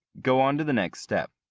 go on to the next step.